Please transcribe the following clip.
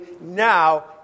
now